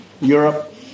Europe